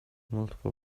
multiple